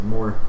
More